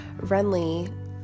Renly